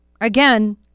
Again